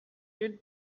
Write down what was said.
heart